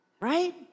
Right